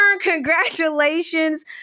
Congratulations